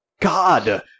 God